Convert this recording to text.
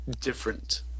different